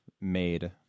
made